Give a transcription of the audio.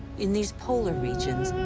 in these polar regions,